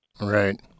Right